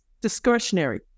discretionary